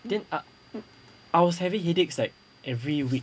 then I I was having headaches like every week